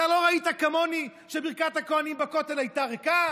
אתה לא ראית כמוני שברכת הכוהנים בכותל הייתה ריקה?